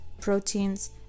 proteins